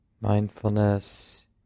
Mindfulness